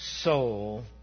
soul